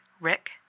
Rick